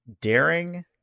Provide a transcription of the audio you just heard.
daring